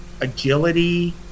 agility